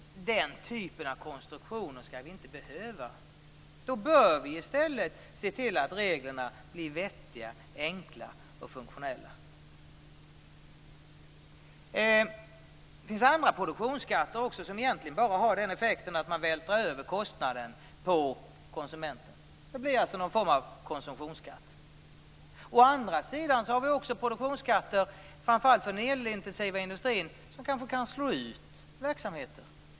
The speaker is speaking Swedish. Den typen av konstruktioner skall vi inte behöva ha. Vi bör i stället se till att reglerna blir vettiga, enkla och funktionella. Det finns andra produktionsskatter som egentligen bara har den effekten att man vältrar över kostnaden på konsumenten. Det blir alltså någon form av konsumtionsskatt. Å andra sidan finns det produktionsskatter framför allt för den elintensiva industrin som kanske kan slå ut verksamheter.